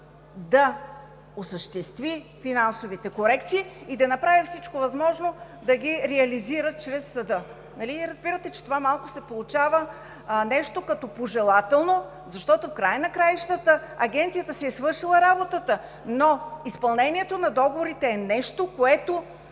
да осъществи финансовите корекции и да направи всичко възможно да ги реализира чрез съда. Нали разбирате, че малко се получава като нещо пожелателно, защото в края на краищата Агенцията си е свършила работата, но изпълнението на договорите зависи от